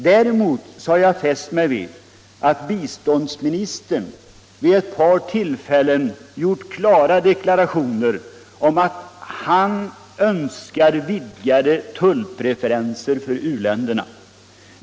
Däremot har jag fäst mig vid att biståndsministern vid ett par tillfällen gjort klara deklarationer om att han önskar vidgade tullpreferenser för u-länderna.